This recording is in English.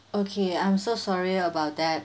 okay I'm so sorry about that